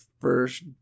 first